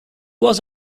was